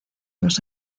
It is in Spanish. los